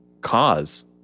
cause